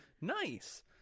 Nice